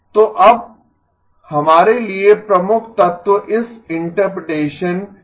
तो अब हमारे लिए प्रमुख तत्व इस इंटरप्रीटेसन का उपयोग करना है